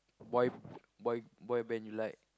boy boy boy band you like